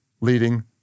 leading